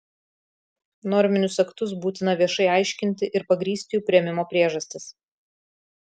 norminius aktus būtina viešai aiškinti ir pagrįsti jų priėmimo priežastis